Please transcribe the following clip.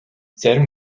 зарим